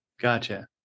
Gotcha